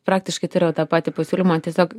praktiškai turėjau tą patį pasiūlymą tiesiog